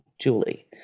Julie